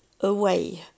away